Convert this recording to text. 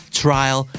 trial